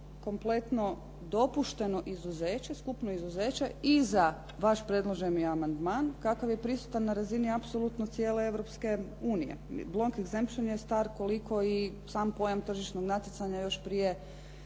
kompletno dopušteno izuzeće, skupno izuzeće i za vaš predloženi amandman kakav je prisutan na razini apsolutno cijele Europske unije. Block exemption je star koliko i sam pojam tržišnog natjecanja još prije